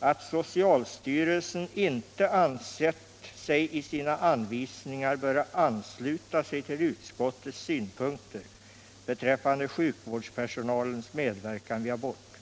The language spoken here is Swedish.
att socialstyrelsen inte ansett sig i sina anvisningar böra ansluta sig till utskottets synpunkter beträffande sjukvårdspersonalens medverkan vid abort.